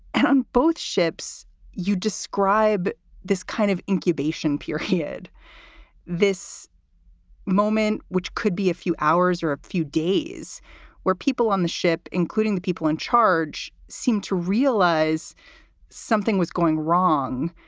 and and both ships you describe this kind of incubation pure hid this moment, which could be a few hours or a few days where people on the ship, including the people in charge, seemed to realize something was going wrong.